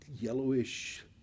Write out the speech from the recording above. yellowish